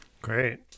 Great